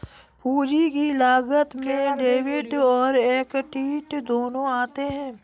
पूंजी की लागत में डेब्ट और एक्विट दोनों आते हैं